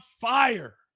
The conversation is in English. fire